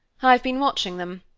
i've been watching them,